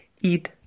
eat